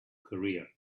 career